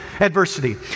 adversity